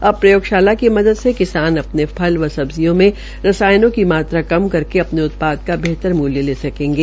अब प्रयोगशाला की मदद से किसान अपने फल व सब्जियों में रसायनों की मात्रा कम करके अपने उत्पाद का बेहतर मूल्य ले सकेंगे